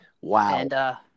Wow